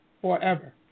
forever